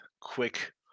quick